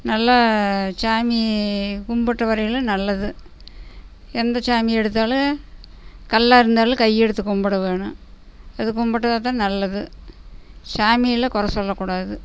நல்லா சாமி கும்பிட்ட வரையிலும் நல்லது எந்த சாமி எடுத்தாலும் கல்லாயிருந்தாலும் கை எடுத்து கும்பிட வேணும் அது கும்பிட்டா தான் நல்லது சாமியயெல்லாம் குறை சொல்லக்கூடாது